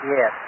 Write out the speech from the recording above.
Yes